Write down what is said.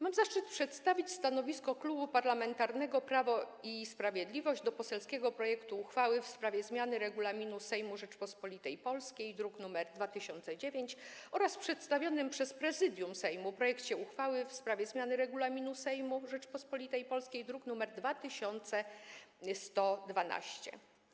Mam zaszczyt przedstawić stanowisko Klubu Parlamentarnego Prawo i Sprawiedliwość co do poselskiego projektu uchwały w sprawie zmiany Regulaminu Sejmu Rzeczypospolitej Polskiej, druk nr 2009, oraz przedstawionego przez Prezydium Sejmu projektu uchwały w sprawie zmiany Regulaminu Sejmu Rzeczypospolitej Polskiej, druk nr 2112.